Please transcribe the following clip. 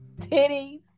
Titties